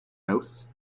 house